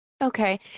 Okay